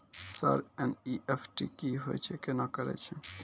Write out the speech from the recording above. Sir NEFT की होय छै, केना करे छै?